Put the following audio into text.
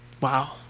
Wow